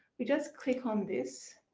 we just click on this.